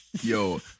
yo